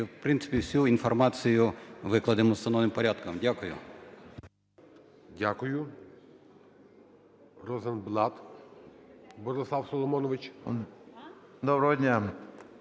і, в принципі, всю інформацію викладемо встановленим порядком. Дякую.